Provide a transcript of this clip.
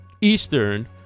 Eastern